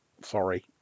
sorry